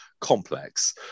complex